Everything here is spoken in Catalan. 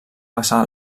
passar